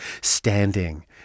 standing